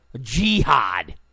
jihad